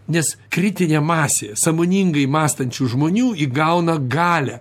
nes kritinė masė sąmoningai mąstančių žmonių įgauna galią